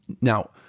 Now